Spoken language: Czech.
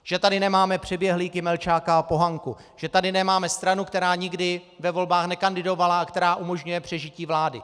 Že tady nemáme přeběhlíky Melčáka a Pohanku, že tady nemáme stranu, která nikdy ve volbách nekandidovala a která umožňuje přežití vlády.